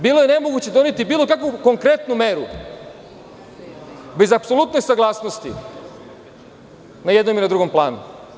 Bilo je nemoguće doneti bilo kakvu konkretnu meru bez apsolutne saglasnosti na jednom i na drugom planu.